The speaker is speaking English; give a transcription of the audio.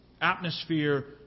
atmosphere